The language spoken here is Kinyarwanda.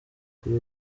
kuri